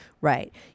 Right